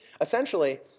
Essentially